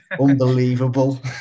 unbelievable